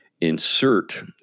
insert